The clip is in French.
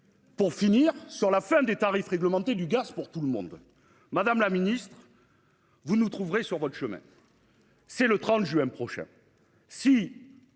Pour finir sur la fin des tarifs réglementés du gaz pour tout le monde. Madame la ministre. Vous nous trouverez sur votre chemin.-- C'est le 30 juin prochain